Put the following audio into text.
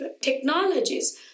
technologies